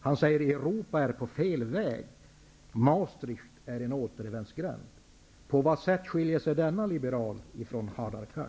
Han hävdar att Europa är på fel väg: ''Maastricht är en återvändsgränd.'' På vad sätt skiljer sig denne liberal från Hadar